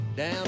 Down